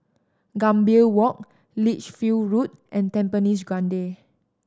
Gambir Walk Lichfield Road and Tampines Grande